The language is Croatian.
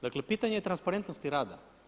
Dakle, pitanje je transparentnosti rada.